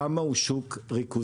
ועד כמה הוא שוק ריכוזי.